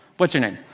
what's your name?